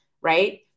right